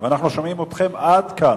אנחנו שומעים אתכם עד כאן.